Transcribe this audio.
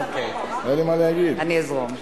אוקיי, אני אזרום.